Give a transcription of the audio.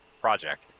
project